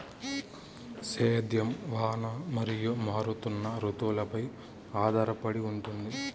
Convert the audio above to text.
సేద్యం వాన మరియు మారుతున్న రుతువులపై ఆధారపడి ఉంటుంది